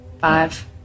five